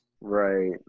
Right